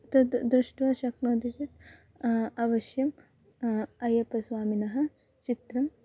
तद् दृष्ट्वा शक्नोति चेत् अवश्यम् अय्यप्पस्वामिनः चित्रम्